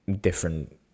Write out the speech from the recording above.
different